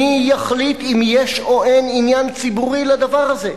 מי יחליט אם יש או אין עניין ציבורי לדבר הזה?